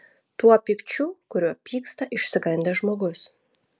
tuo pykčiu kuriuo pyksta išsigandęs žmogus